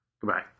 Goodbye